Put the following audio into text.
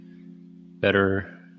better